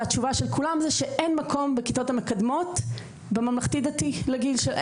והתשובה של כולם שאין מקום בכיתות המקדמות בממלכתי דתי לגיל שלו.